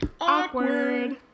Awkward